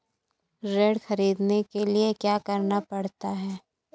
ऋण ख़रीदने के लिए क्या करना पड़ता है?